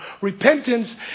Repentance